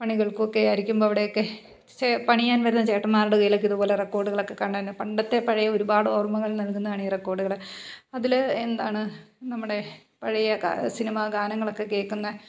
പണികൾക്കുമൊക്കെ ആയിരിക്കുമ്പോൾ അവിടെയൊക്കെ പണിയാൻ വരുന്ന ചേട്ടന്മാരുടെ കയ്യിലൊക്കെ ഇതുപോലെ റെക്കോർഡുകളൊക്കെ കണ്ടിട്ടുണ്ട് തന്നെ പണ്ടത്തെ പഴയ ഒരുപാട് ഓർമ്മകൾ നൽകുന്നതാണ് ഈ റെക്കോർഡുകൾ അതിൽ എന്താണ് നമ്മുടെ പഴയ സിനിമ ഗാനങ്ങളൊക്കെ കേൾക്കുന്ന